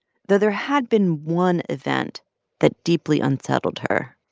though there had been one event that deeply unsettled her